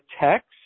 text